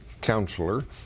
counselor